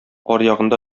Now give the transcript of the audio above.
аръягында